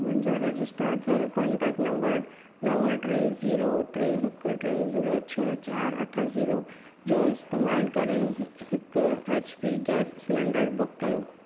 मुंहिंजो रजिस्टर थियल contact number नव टे ज़ीरो टे हिकु टे ज़ीरो छह चारि अठ ज़ीरो जो इस्तेमालु करे हिकु एचपी गैस सिलेंडर बुक कयो